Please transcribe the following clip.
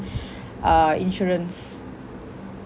uh insurance